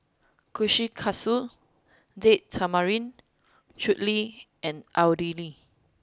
Kushikatsu Date Tamarind Chutney and Idili